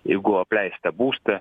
jeigu apleistą būstą